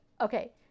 Okay